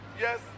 Yes